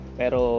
pero